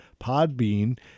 Podbean